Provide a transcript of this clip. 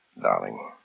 Darling